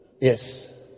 yes